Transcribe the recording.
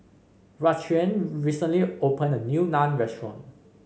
Raquan recently opened a new Naan Restaurant